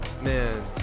man